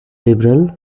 liberal